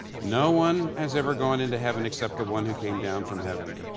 no one has ever gone into heaven except the one who came down from heaven.